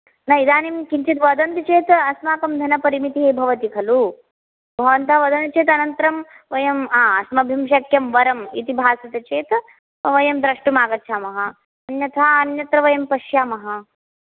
न इदानीं किञ्चित् वदन्ति चेत् अस्माकं धनपरिमितिः भवति खलु भवन्तः वदन्ति चेत् अनन्तरं वयं हा अस्मभ्यं शक्यं वरं इति भासते चेत् वयं द्रष्टुं आगच्छामः अन्यथा अन्यत्र वयं पश्यामः